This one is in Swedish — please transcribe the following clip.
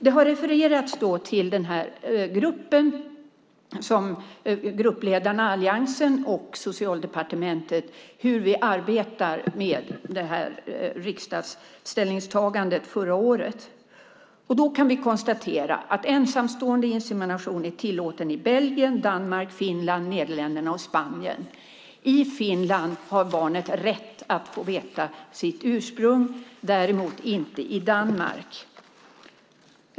Det har refererats till den grupp där gruppledarna i Alliansen och Socialdepartementet arbetar med riksdagsställningstagandet förra året. Vi kan konstatera att ensamståendeinsemination är tillåten i Belgien, Danmark, Finland, Nederländerna och Spanien. I Finland har barnet rätt att få veta sitt ursprung, däremot inte i Danmark.